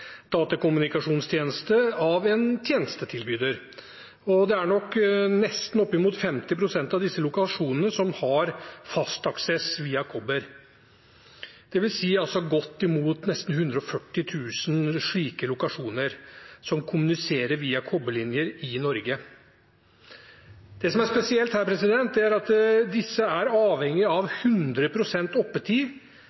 datakommunikasjonstjeneste fra en tjenestetilbyder. Det er nok nesten 50 pst. av disse lokasjonene som har fast aksess via kobber. Det vil si at det er godt opp mot 140 000 slike lokasjoner som kommuniserer via kobberlinjer i Norge. Det som er spesielt her, er at disse er avhengige av